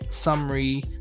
summary